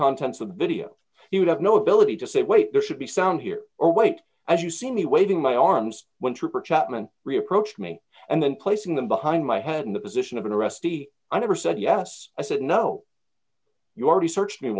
contents of the video he would have no ability to say wait there should be sound here or wait as you see me waving my arms when trooper chapman re approached me and then placing them behind my head in the position of an arrestee i never said yes i said no you already searched me